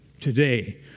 today